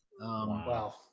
Wow